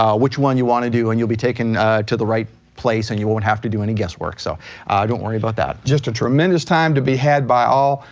ah which one you wanna do and you'll be taken to the right place and you won't have to do any guesswork. so don't worry about that. just a tremendous time to be had by all.